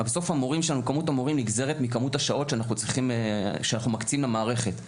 כמות המורים נגזרת מכמות השעות שאנחנו מקצים למערכת.